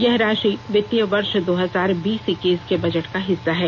यह राशि वित्तीय वर्ष दो हजार बीस इक्कीस के बजट का हिस्सा है